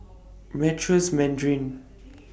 Meritus Mandarin